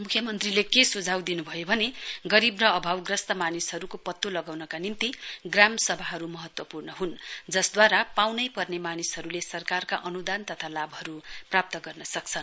मुख्यमन्त्रीले के सुझाउ दिनुभयो भने गरीब र अभावग्रस्त मानिसहरुको पत्तो लगाउनका निम्ति ग्रामसभाहरु महत्वपूर्ण हुन् जसद्वारा पाउनेपर्ने मानिसहरुले सरकारका अनुदान तथा लाभहरु प्राप्त गर्न सक्छन्